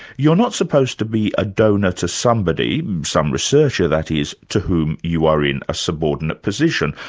you're not supposed to be a donor to somebody, some researcher that is, to whom you are in a subordinate position,